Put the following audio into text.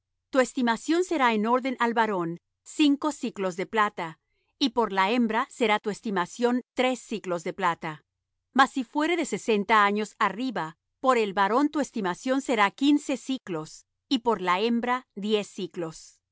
tu estimación será en orden al varón cinco siclos de plata y por la hembra será tu estimación tres siclos de plata mas si fuere de sesenta años arriba por el varón tu estimación será quince siclos y por la hembra diez siclos